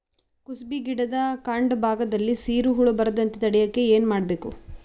ಕುಸುಬಿ ಗಿಡದ ಕಾಂಡ ಭಾಗದಲ್ಲಿ ಸೀರು ಹುಳು ಬರದಂತೆ ತಡೆಯಲು ಏನ್ ಮಾಡಬೇಕು?